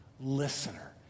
listener